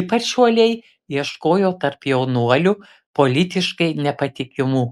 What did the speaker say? ypač uoliai ieškojo tarp jaunuolių politiškai nepatikimų